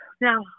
now